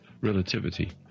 relativity